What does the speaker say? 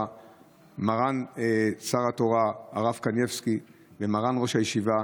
מרן שר התורה הרב קניבסקי ומרן ראש הישיבה